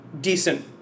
decent